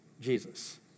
Jesus